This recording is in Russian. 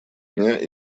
дня